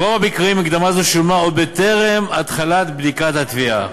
ברוב המקרים מקדמה זו שולמה עוד בטרם התחלת בדיקת התביעה,